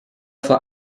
vor